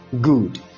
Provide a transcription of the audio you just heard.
Good